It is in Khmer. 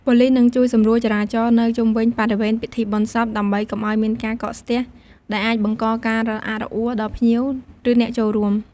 ប៉ូលីសនឹងជួយសម្រួលចរាចរណ៍នៅជុំវិញបរិវេណពិធីបុណ្យសព ដើម្បីកុំឲ្យមានការកកស្ទះ ដែលអាចបង្កការរអាក់រអួលដល់ភ្ញៀវ ឬអ្នកចូលរួម។